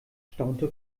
staunte